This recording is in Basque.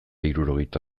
hirurogeita